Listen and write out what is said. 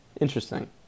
Interesting